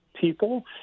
people